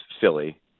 Philly